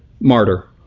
Martyr